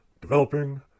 developing